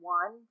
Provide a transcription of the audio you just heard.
one